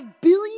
billion